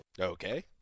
Okay